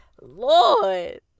lord